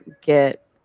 get